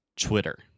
Twitter